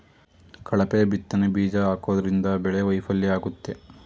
ಕಳಪೆ ಬಿತ್ತನೆ ಬೀಜ ಹಾಕೋದ್ರಿಂದ ಬೆಳೆ ವೈಫಲ್ಯ ಆಗುತ್ತೆ